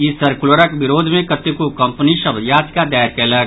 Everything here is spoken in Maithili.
ई सर्कुलरक विरोध मे कतेको कम्पनी सभ याचिका दायर कयलक